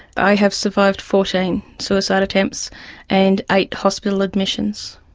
i have survived fourteen suicide attempts and eight hospital admissions.